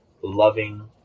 loving